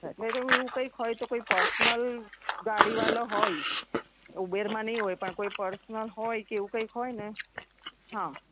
અચ્છા એટલે તો એવું કંઈક હોય તો પછી પર્સનલ ગાડીવાલા હોય ઉબેરમાં નહીં હોય પણ કોઈ પર્સનલ હોય કે એવું કંઈક હોય ને હા